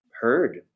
heard